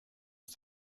ist